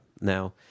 Now